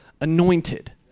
anointed